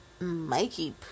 mikey